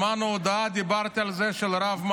שמענו הודעה של הרב מאיה,